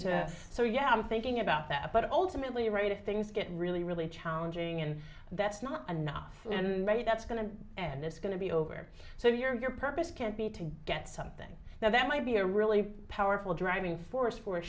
to so yeah i'm thinking about that but ultimately right if things get really really challenging and that's not enough and maybe that's going to and this is going to be over so your purpose can't be to get something now that might be a really powerful driving force for a